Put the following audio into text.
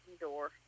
door